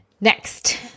Next